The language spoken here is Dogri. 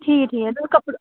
ठीक ऐ ठीक तुस कपड़ा